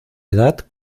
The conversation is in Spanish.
edad